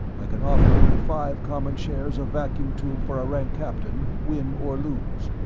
i can offer only five common shares of vacuum tube for a rank captain, win or lose.